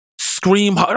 scream